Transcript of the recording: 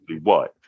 white